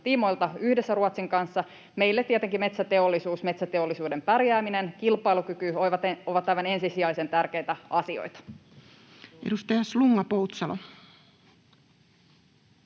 tiimoilta yhdessä Ruotsin kanssa. Meille tietenkin metsäteollisuus, metsäteollisuuden pärjääminen, kilpailukyky, ovat aivan ensisijaisen tärkeitä asioita. Edustaja Slunga-Poutsalo.